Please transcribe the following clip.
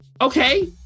Okay